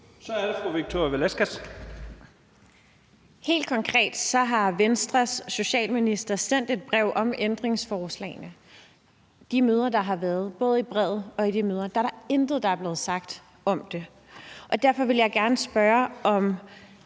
Kl. 11:55 Victoria Velasquez (EL): Helt konkret har Venstres socialminister sendt et brev om ændringsforslagene, og både i brevet og i de møder, der har været, er der intet blevet sagt om det. Derfor vil jeg gerne spørge, om